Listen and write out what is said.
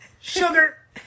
Sugar